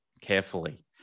carefully